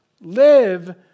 live